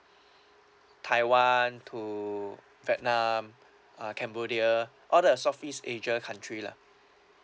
taiwan to vietnam uh cambodia all the southeast asia country lah